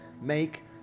make